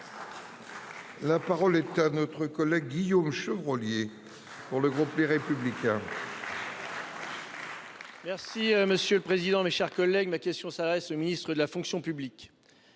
La parole est à M. Guillaume Chevrollier, pour le groupe Les Républicains.